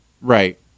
Right